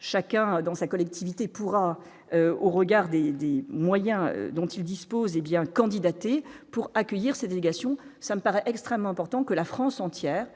chacun dans sa collectivité pourra au regard des des moyens dont ils disposent bien candidaté pour accueillir ces délégations, ça me paraît extrêmement important que la France entière